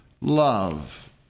love